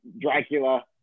Dracula